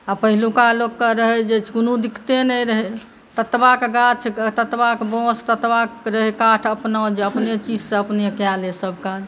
आओर पहिलुका लोकके रहै जे कोनो दिक्कते नहि रहै ततबा गाछ ततबा बाँस ततबा रहै काठ अपना जे अपने चीजसँ अपने कऽ लै सब काज